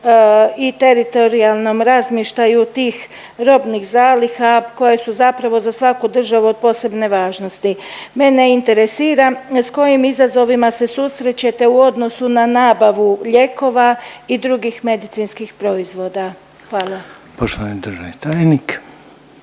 i teritorijalnom razmještaju tih robnih zaliha koje su zapravo za svaku državu od posebne važnosti. Mene interesira s kojim izazovima se susrećete u odnosu na nabavu lijekova i drugih medicinskih proizvoda. Hvala. **Reiner, Željko